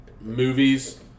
movies